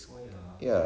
oh ya ah